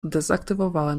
dezaktywowałem